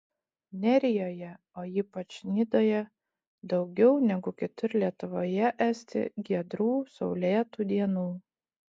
nerijoje o ypač nidoje daugiau negu kitur lietuvoje esti giedrų saulėtų dienų